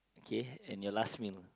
okay and your last meal